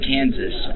Kansas